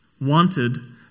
wanted